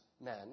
men